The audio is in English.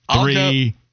three